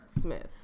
Smith